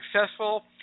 successful